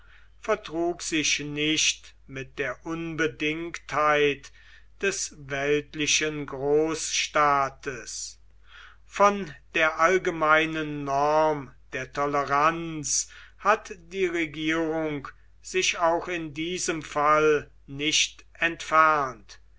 vertrug sich nicht mit der unbedingtheit des weltlichen großstaates von der allgemeinen norm der toleranz hat die regierung sich auch in diesem fall nicht entfernt